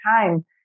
time